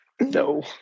No